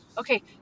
okay